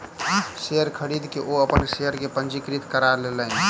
share खरीद के ओ अपन शेयर के पंजीकृत करा लेलैन